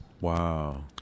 Wow